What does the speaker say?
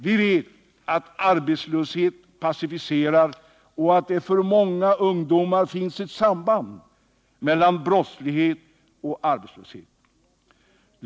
Vi vet att arbetslöshet passiviserar och att det för många ungdomar finns ett samband mellan brottslighet och arbetslöshet.